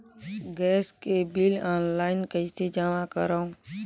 Gas के bill online कइसे जमा करव?